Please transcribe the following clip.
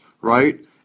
right